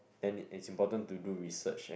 and it is important to do research and